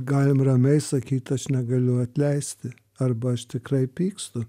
galim ramiai sakyt aš negaliu atleisti arba aš tikrai pykstu